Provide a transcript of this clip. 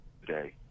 today